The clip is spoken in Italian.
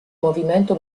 movimento